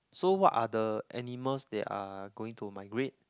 so what are the animals that are going to migrate